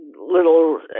little